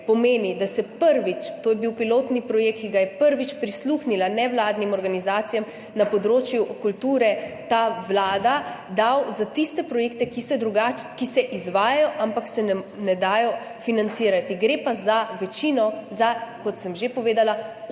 pomeni, da je ta vlada, to je bil pilotni projekt, prvič prisluhnila nevladnim organizacijam na področju kulture in dala za tiste projekte, ki se izvajajo, ampak se ne dajo financirati. Gre pa večino za, kot sem že povedala,